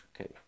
Okay